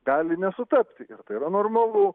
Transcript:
gali nesutapti ir tai yra normalu